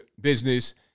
business